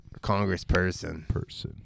congressperson